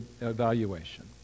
evaluation